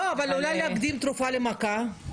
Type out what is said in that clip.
לא, אבל אולי להקדים תרופה למכה?